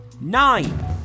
nine